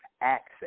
access